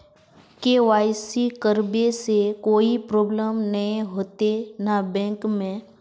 KYC करबे से कोई प्रॉब्लम नय होते न बैंक में?